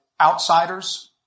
outsiders